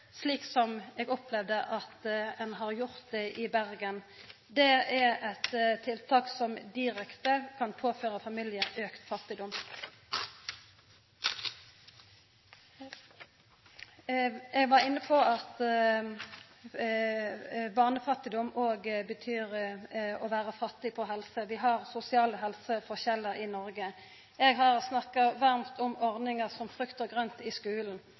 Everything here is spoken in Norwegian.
eg opplever ein har gjort det i Bergen. Det er eit tiltak som direkte kan påføra familiar auka fattigdom. Eg var inne på at barnefattigdom òg betyr å vera fattig når det gjeld helse. Vi har sosiale helseforskjellar i Noreg. Eg har snakka varmt om ordningar som frukt og grønt i skulen.